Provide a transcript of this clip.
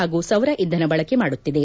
ಹಾಗೂ ಸೌರ ಇಂಧನ ಬಳಕೆ ಮಾಡುತ್ತಿದೆ